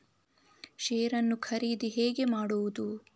Share ನ್ನು ಖರೀದಿ ಹೇಗೆ ಮಾಡುವುದು?